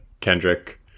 kendrick